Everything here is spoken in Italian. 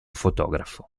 fotografo